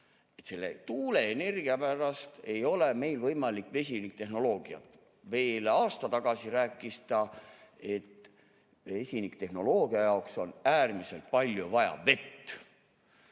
Selle tuuleenergia pärast ei ole meil vesinikutehnoloogia võimalik. Veel aasta tagasi rääkis ta, et vesinikutehnoloogia jaoks on äärmiselt palju vaja vett.